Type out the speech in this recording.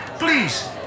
Please